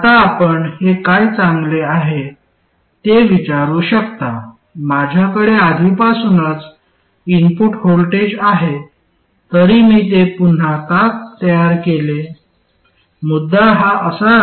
आता आपण हे काय चांगले आहे ते विचारू शकता माझ्याकडे आधीपासूनच इनपुट व्होल्टेज आहे तरी मी ते पुन्हा का तयार केले मुद्दा हा असा आहे